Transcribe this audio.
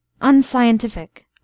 Unscientific